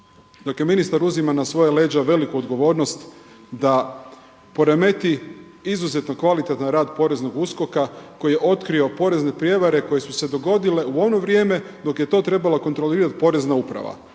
Dakle, ministar uzima na svoja leđa veliku odgovornost da poremeti izuzetno kvalitetan rad poreznog USKOK-a koji je otkrio porezne prijevare koje su se dogodile u ono vrijeme dok je to trebala kontrolirati porezna uprava.